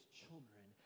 children